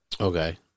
Okay